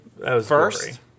first